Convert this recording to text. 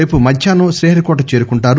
రేపు మధ్యాహ్నం శ్రీహరికోట చేరుకుంటారు